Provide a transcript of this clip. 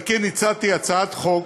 על כן, הצעתי הצעת חוק,